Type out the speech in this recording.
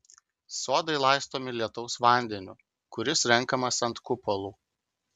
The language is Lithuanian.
sodai laistomi lietaus vandeniu kuris renkamas ant kupolų